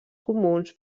comuns